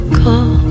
call